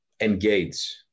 engage